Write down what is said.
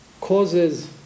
causes